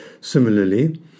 Similarly